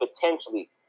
potentially